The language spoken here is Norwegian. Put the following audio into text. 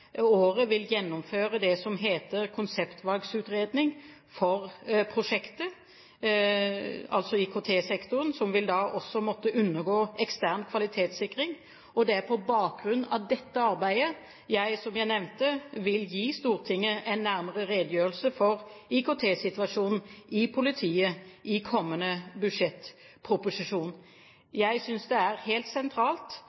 året vil gjennomføre det som heter konseptvalgutredning for prosjektet, altså IKT-sektoren, som da også vil måtte undergå ekstern kvalitetssikring. Det er på bakgrunn av dette arbeidet jeg, som jeg nevnte, vil gi Stortinget en nærmere redegjørelse for IKT-situasjonen i politiet i kommende